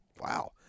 Wow